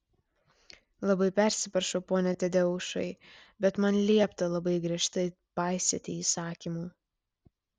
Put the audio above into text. labai persiprašau pone tadeušai bet man liepta labai griežtai paisyti įsakymų